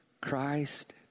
Christ